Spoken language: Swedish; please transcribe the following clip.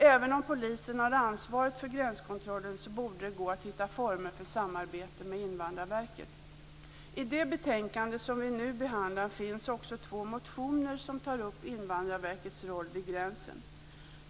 Även om polisen har ansvaret för gränskontrollen, borde det gå att hitta former för samarbete med I det betänkande som vi nu behandlar finns också två motioner som tar upp Invandrarverkets roll vid gränsen.